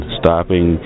stopping